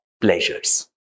pleasures